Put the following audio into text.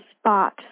spot